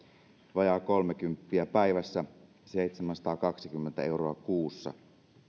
vajaa kolmekymppiä päivässä seitsemänsataakaksikymmentä euroa kuussa